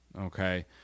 okay